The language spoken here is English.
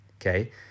okay